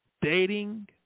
dating